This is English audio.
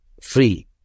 free